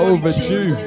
Overdue